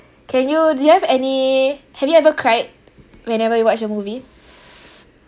can you do you have any have you ever cried whenever you watch a movie